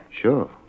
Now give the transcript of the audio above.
Sure